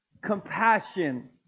compassion